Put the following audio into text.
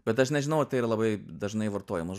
bet aš nežinau ar tai yra labai dažnai vartojamas